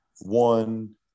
one